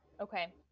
Okay